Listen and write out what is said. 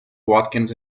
watkins